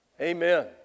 Amen